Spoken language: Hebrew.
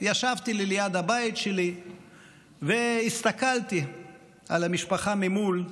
ישבתי לי ליד הבית שלי והסתכלתי על המשפחה ממול,